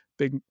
big